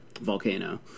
volcano